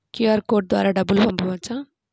QR code ద్వారా డబ్బులు పంపవచ్చా?